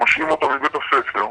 משהים אותו מבית הספר,